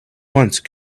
once